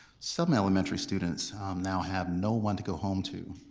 some elementary students now have no one to go home to.